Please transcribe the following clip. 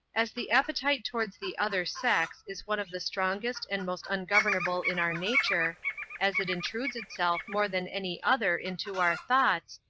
as the appetite towards the other sex is one of the strongest and most ungovernable in our nature as it intrudes itself more than any other into our thoughts,